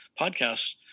podcasts